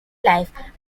life